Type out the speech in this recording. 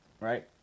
right